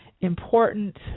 important